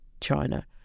China